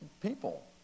people